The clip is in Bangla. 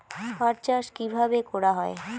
পাট চাষ কীভাবে করা হয়?